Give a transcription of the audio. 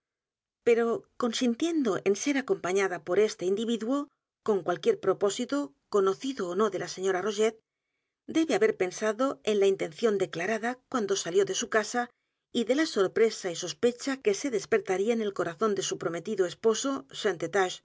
o consintiendo en ser acompañada por este individuo con cualquier propósito conocido ó no de la señora rogét debe haber pensado en la intención declarada cuando salió de su casa y de la sorpresa y sospecha que se despertaría en el corazón de su prometido esposo